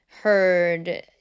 heard